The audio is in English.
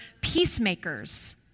peacemakers